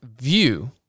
view